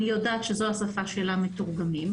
אני יודעת שזו השפה שלה מתרגמים.